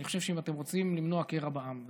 אני חושב שאם אתם רוצים למנוע קרע בעם,